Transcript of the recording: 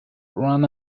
run